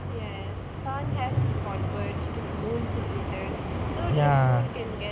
yes sun had to convert to muslim so that the two can get